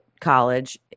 college